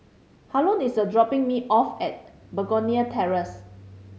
Harlon is dropping me off at Begonia Terrace